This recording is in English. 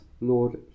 Lord